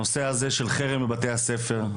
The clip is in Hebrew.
נושא החרמות בבתי הספר,